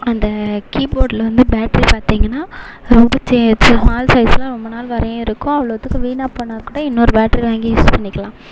அந்த கீபோர்டில் வந்து பேட்ரி பார்த்தீங்கன்னா ரொம்ப ஸ்மால் சைஸில் ரொம்ப நாள் வரையும் இருக்கும் அவ்வளோத்துக்கும் வீணாக போனால் கூட இன்னொரு பேட்ரி வாங்கி யூஸ் பண்ணிக்கலாம்